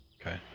Okay